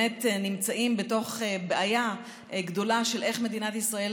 נמצאים בבעיה גדולה של איך מדינת ישראל